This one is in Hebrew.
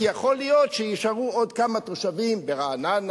כי יכול להיות שיישארו עוד כמה תושבים ברעננה,